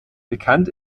bekannt